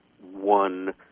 one